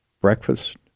breakfast